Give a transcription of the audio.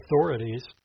authorities